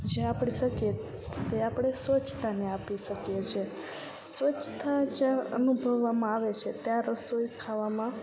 જે આપણે શકીએ તે આપણે સ્વચ્છતાને આપી શકીએ છીએ સ્વચ્છતા જ અનુભવવામાં આવે છે ત્યાં રસોઈ ખાવામાં